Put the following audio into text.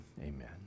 amen